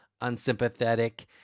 unsympathetic